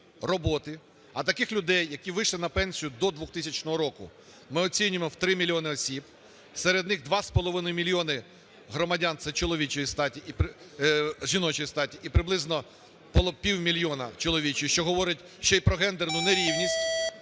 роботи, а таких людей, які вийшли на пенсію до 2000 року, ми оцінюємо в 3 мільйони осіб, серед них 2,5 мільйони громадян – це чоловічої статі… жіночої статі і приблизно півмільйона чоловічої, що говорить ще й про ґендерну нерівність,